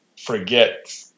forget